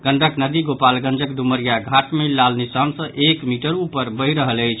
गंडक नदी गोपालगंजक डुमरिया घाट मे लाल निशान सॅ एक मीटर ऊपर बहि रहल अछि